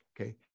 Okay